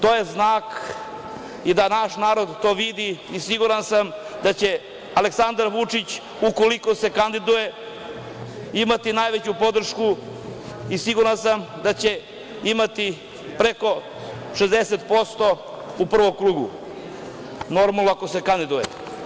To je znak i da naš narod to vidi i siguran sam da će Aleksandar Vučić, ukoliko se kandiduje, imati najveću podršku i siguran sam da će imati preko 60% u prvom krugu, ako se kandiduje.